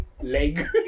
leg